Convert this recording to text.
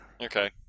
Okay